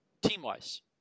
Team-wise